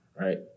right